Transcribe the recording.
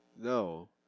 No